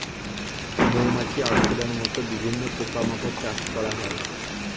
মৌমাছি, আরশোলার মত বিভিন্ন পোকা মাকড় চাষ করা হয়